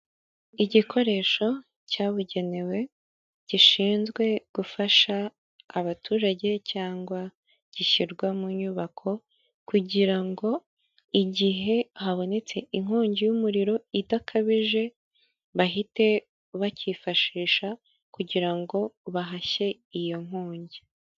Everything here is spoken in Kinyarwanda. Igikoresho cyabugenewe gishinzwe gufasha abaturage cyangwa gishyirwa mu nyubako, kugira ngo igihe habonetse inkongi y'umuriro idakabije bahite bacyifashisha kugira ngo bahashye iyo nkongi.